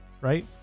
right